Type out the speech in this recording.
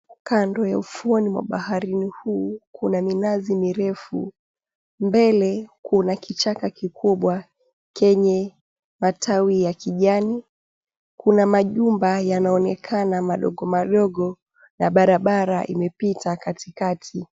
Kando ya ufuoni mwa baharini huu kuna minazi mirefu, mbele kuna kichaka kikubwa kenye matawi ya kijani kuna majumba yanaonekana madogo madogo na barabara imepita katikati.